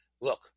Look